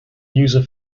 user